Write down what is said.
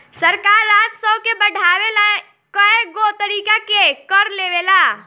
सरकार राजस्व के बढ़ावे ला कएगो तरीका के कर लेवेला